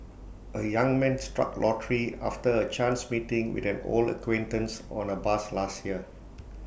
A young man struck lottery after A chance meeting with an old acquaintance on A bus last year